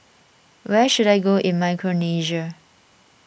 where should I go in Micronesia